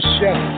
Chef